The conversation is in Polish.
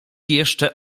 jeszcze